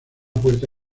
puerta